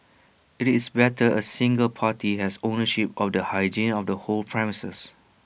IT is better A single party has ownership of the hygiene of the whole premises